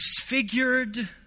disfigured